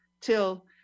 till